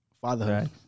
fatherhood